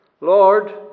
Lord